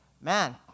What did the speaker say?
Man